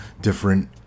different